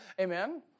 Amen